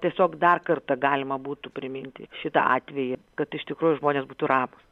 tiesiog dar kartą galima būtų priminti šitą atvejį kad iš tikrųjų žmonės būtų ramūs